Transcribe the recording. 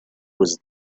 was